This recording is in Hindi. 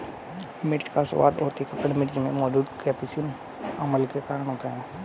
मिर्च का स्वाद और तीखापन मिर्च में मौजूद कप्सिसिन अम्ल के कारण होता है